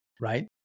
Right